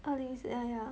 二零一四 yeah yeah